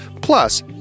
Plus